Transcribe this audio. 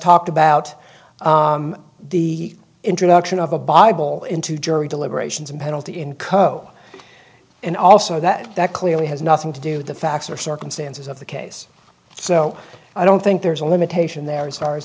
talked about the introduction of a bible into jury deliberations and penalty in co and also that that clearly has nothing to do with the facts or circumstances of the case so i don't think there's a limitation there as far as